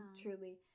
truly